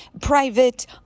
private